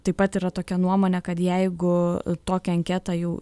taip pat yra tokia nuomonė kad jeigu tokią anketą jau